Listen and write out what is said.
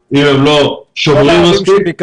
אם הם לא שומרים מספיק,